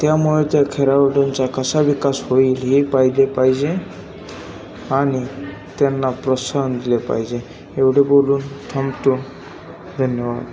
त्यामुळे त्या खेळाडूंचा कसा विकास होईल हे पाहिले पाहिजे आणि त्यांना प्रोत्साहन दिले पाहिजे एवढे बोलून थांबतो धन्यवाद